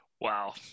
Wow